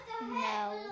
no